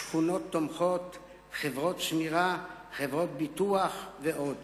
שכונות תומכות, חברות שמירה, חברות ביטוח ועוד.